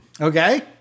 Okay